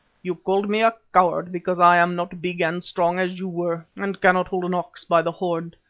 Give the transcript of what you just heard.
you called me a coward because i am not big and strong as you were, and cannot hold an ox by the horns,